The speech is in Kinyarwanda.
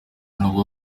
n’ubwo